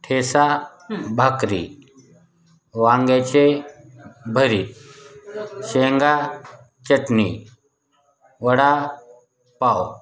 ठेचा भाकरी वांग्याचे भरीत शेंगाचटणी वडापाव